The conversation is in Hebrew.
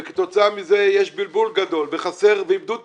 וכתוצאה מזה יש בלבול גדול ואיבדו את